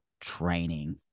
training